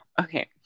okay